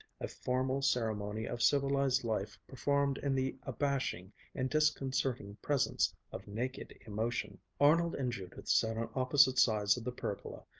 a formal ceremony of civilized life performed in the abashing and disconcerting presence of naked emotion. arnold and judith sat on opposite sides of the pergola,